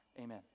amen